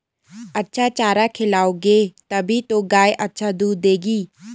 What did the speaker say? अच्छा चारा खिलाओगे तभी तो गाय अच्छा दूध देगी